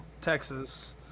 Texas